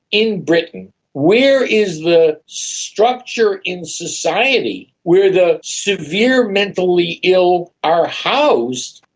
in britain where is the structure in society where the severe mentally ill are housed?